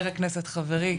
חבר הכנסת, חברי,